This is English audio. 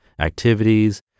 activities